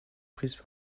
prise